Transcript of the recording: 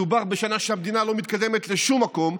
מדובר בשנה שבה המדינה לא מתקדמת לשום מקום,